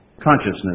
consciousness